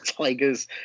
Tigers